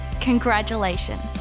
congratulations